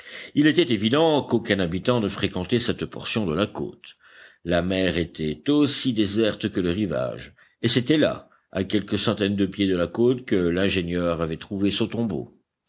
il était évident qu'aucun habitant ne fréquentait cette portion de la côte la mer était aussi déserte que le rivage et c'était là à quelques centaines de pieds de la côte que l'ingénieur avait trouvé son tombeau